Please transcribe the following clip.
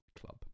Club